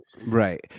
Right